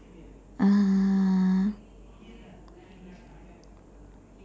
uh